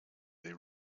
they